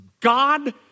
God